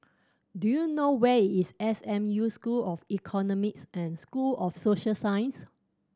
do you know where is S M U School of Economics and School of Social Sciences